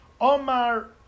Omar